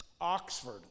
Oxford